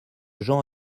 gens